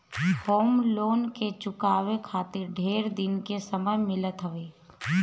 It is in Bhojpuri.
होम लोन के चुकावे खातिर ढेर दिन के समय मिलत हवे